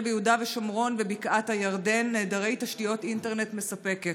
ביהודה ושומרון ובקעת הירדן נעדרי תשתית אינטרנט מספקת.